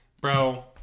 bro